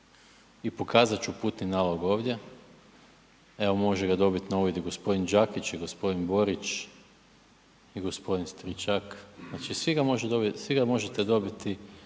i pokazat ću putni nalog ovdje, evo može ga dobit na uvid i g. Đakić i g. Borić i g. Stričak, znači svi ga možete dobiti